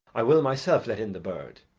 i will myself let in the bird.